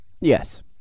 yes